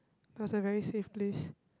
it was a very safe place